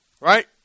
Right